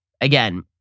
again